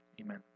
Amen